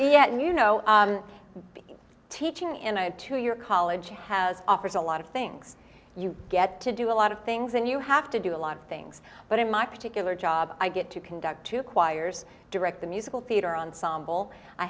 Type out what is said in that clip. yet you know teaching in a two year college she has offers a lot of things you get to do a lot of things and you have to do a lot of things but in my particular job i get to conduct two choir's direct the musical theater ensemble i